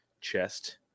chest